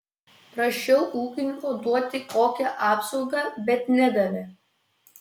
prašiau ūkininko duoti kokią apsaugą bet nedavė